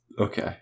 Okay